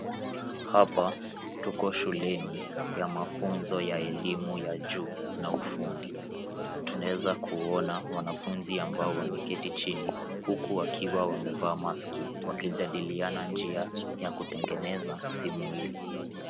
Hapa tuko shuleni ya mafunzo ya elimu ya juu na ufundi tunaweza kuona wanafunzi ambao wameketi chini huku wakiwa wamevaa maski wakijadiliana njia ya kutengeneza simu hili.